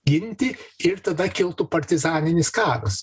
ginti ir tada kiltų partizaninis karas